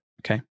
Okay